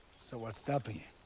so what's stopping you?